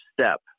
step